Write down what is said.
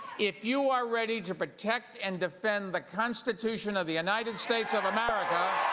if you're ready to protect and defend the constitution of the united states of america.